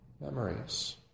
memories